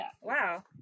wow